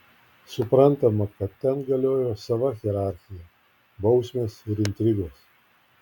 suprantama kad ten galiojo sava hierarchija bausmės ir intrigos